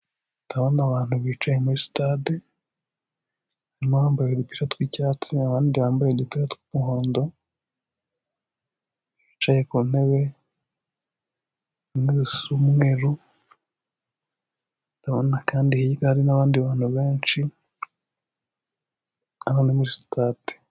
Ndabona abantu bicaye muri sitade harimo abambwye udupira tw'icyatsi abandi bambaye udupira tw'umuhondo bicaye ku ntebe intebe zisa umweru ndabona kandi hirya hari n'abandi bantu benshi hano ni muri sitade.